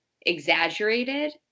exaggerated